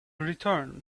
return